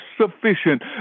sufficient